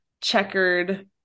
checkered